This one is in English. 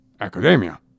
academia